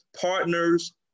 partners